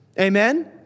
Amen